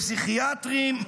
לפסיכיאטרים,